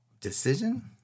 decision